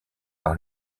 par